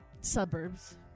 suburbs